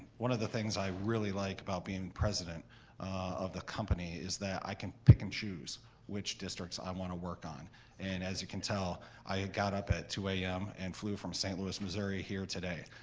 one of the things i really like about being president of the company is that i can pick and choose which districts i want to work on and as you can tell i got up at two zero a m. and flew from st. louis, missouri here today,